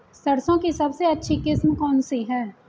सरसों की सबसे अच्छी किस्म कौन सी है?